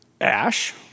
Ash